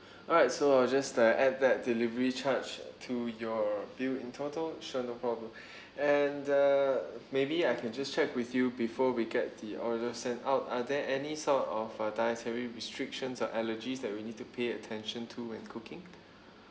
alright so I'll just that add that delivery charge to your bill in total sure no problem and uh maybe I can just check with you before we get the order sent out are there any sort of uh dietary restrictions or allergies that we need to pay attention to when cooking